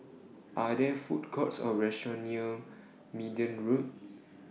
Are There Food Courts Or restaurants near Minden Road